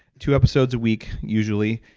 two episodes a week, usually,